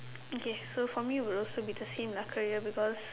okay so for me it will also be the same lah career because